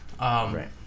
Right